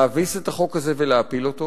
יימצאו הכוחות להביס את החוק הזה ולהפיל אותו.